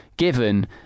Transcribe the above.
given